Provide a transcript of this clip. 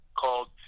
called